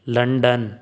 London